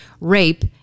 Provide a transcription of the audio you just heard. rape